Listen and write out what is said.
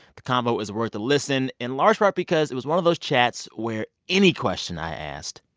the combo is worth a listen in large part because it was one of those chats where any question i asked,